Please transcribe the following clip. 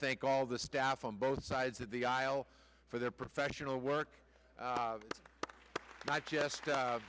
thank all the staff on both sides of the aisle for their professional work not just